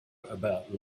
about